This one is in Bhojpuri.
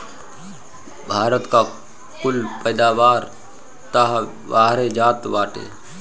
भारत का कुल पैदावार तअ बहरे जात बाटे